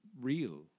real